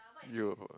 you